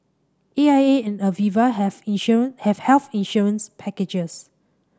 A I A and Aviva have have health insurance packages